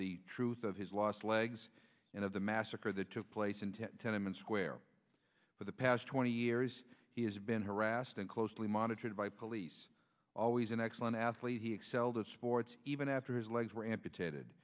the truth of his last legs and of the massacre that took place in tenement square for the past twenty years he has been harassed and closely monitored by police always an excellent athlete he excelled at sports even after his legs were amputated